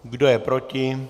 Kdo je proti?